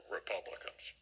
Republicans